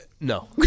no